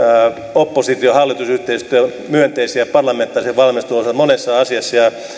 oppositio hallitus yhteistyömyönteisiä parlamentaarisen valmistelun osalta monessa asiassa ja